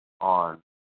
on